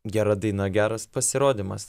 gera daina geras pasirodymas